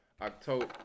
October